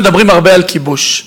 מדברים הרבה על כיבוש.